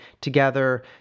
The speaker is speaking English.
together